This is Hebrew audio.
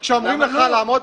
סליחה,